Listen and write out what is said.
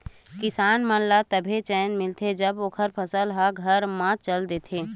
किसान मन ल तभे चेन मिलथे जब ओखर फसल ह घर म चल देथे